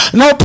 no